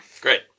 Great